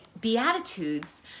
Beatitudes